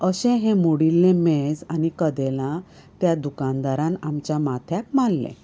अशें हें मोडिल्लें मेज आनी कदेलां त्या दुकानदारान आमच्या माथ्याक मारलें